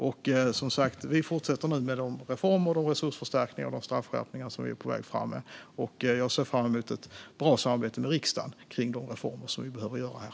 Vi fortsätter som sagt med de reformer, de resursförstärkningar och de straffskärpningar som vi är på väg fram med. Jag ser fram emot ett bra samarbete med riksdagen om de reformer som behöver göras här.